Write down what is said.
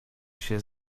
się